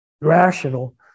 rational